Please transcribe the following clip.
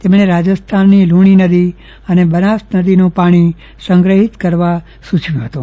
તેમણે રાજસ્થાનની લુણી નદી અને બનાસ નદીનું પાણી સંગ્રહીત કરવા સૂચવ્યું હતું